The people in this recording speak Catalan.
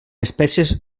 espècies